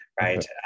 right